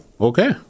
Okay